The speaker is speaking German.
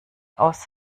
aus